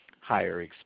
higher